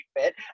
fit